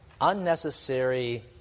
unnecessary